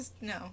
no